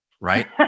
right